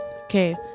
Okay